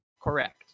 Correct